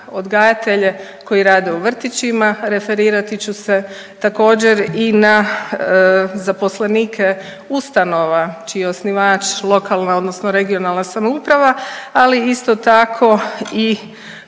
odgajatelje koji rade u vrtićima, referirati ću se također i na zaposlenike ustanova čiji je osnivač lokalna odnosno regionalna samouprava ali isto tako i